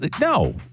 No